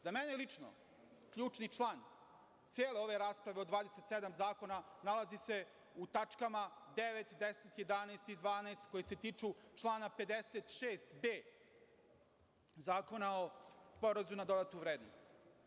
Za mene lično, ključni član cele ove rasprave od 27 zakona nalazi se u tačkama 9, 10, 11. i 12. koje se tiču člana 56b Zakona o porezu na dodatu vrednost.